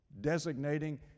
designating